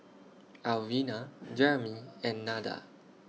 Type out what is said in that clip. Alvina Jeremie and Nada